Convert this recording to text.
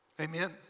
Amen